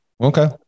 Okay